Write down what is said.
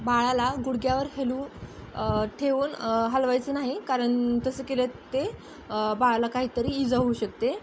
बाळाला गुडघ्यावर हेलू ठेवून हलवायचं नाही कारण तसं केलं ते बाळाला काहीतरी इजा होऊ शकते